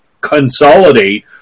consolidate